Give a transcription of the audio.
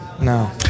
No